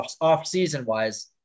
off-season-wise